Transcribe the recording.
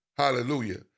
hallelujah